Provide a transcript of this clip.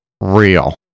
real